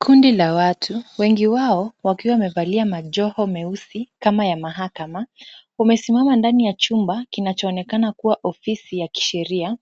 Kundi la watu, wengi wao wakiwa wamevalia majoho meusi, kama ya mahakama, wamesimama ndani ya chumba, kinachoonekana kuwa ofisi ya kisheria.